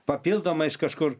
papildomai iš kažkur